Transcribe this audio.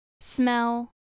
smell